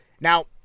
Now